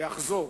ואחזור: